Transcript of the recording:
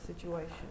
situation